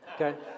Okay